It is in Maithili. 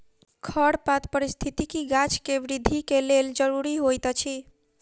खरपात पारिस्थितिकी गाछ के वृद्धि के लेल ज़रूरी होइत अछि